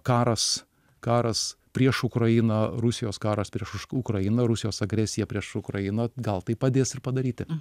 karas karas prieš ukrainą rusijos karas prieš ukrainą rusijos agresija prieš ukrainą gal tai padės ir padaryti